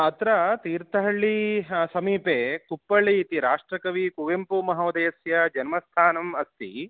अत्र तीर्थहळ्ळी हा समीपे कुप्पळ्ळि इति राष्ट्रकवी कुवेम्पूमहोदयस्य जन्मस्थानम् अस्ति